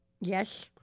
Yes